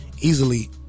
easily